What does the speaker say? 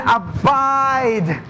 abide